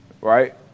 Right